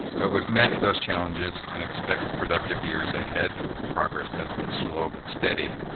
but we've met those challenges and expect productive years ahead. progress has been slow but steady.